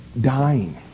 dying